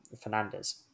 Fernandez